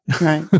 right